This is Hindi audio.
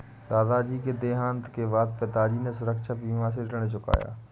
दादाजी के देहांत के बाद पिताजी ने सुरक्षा बीमा से ऋण चुकाया